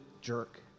jerk